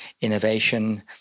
Innovation